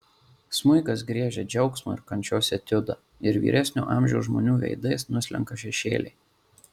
smuikas griežia džiaugsmo ir kančios etiudą ir vyresnio amžiaus žmonių veidais nuslenka šešėliai